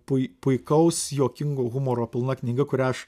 pui puikaus juokingo humoro pilna knyga kurią aš